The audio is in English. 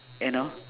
you know